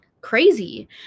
crazy